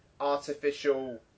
artificial